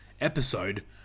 episode